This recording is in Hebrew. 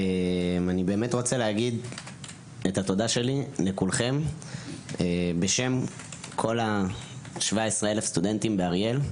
אני מודה לכולכם בשם כל ה-17,000 סטודנטים באריאל.